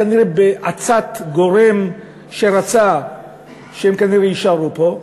כנראה בעצת גורם שרצה שהם יישארו פה,